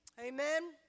Amen